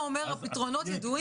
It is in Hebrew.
האוצר.